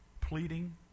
pleading